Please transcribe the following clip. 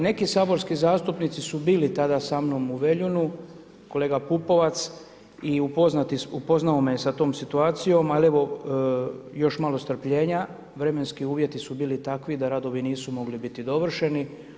Neki saborski zastupnici su bili tada sa mnom u Veljunu, kolega Pupovac i upoznao me je sa tom situacijom, ali evo, još malo strpljenja, vremenski uvjeti su bili takvi da radovi nisu mogli biti dovršeni.